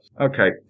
okay